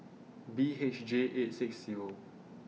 B H J eight six Zero